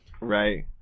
right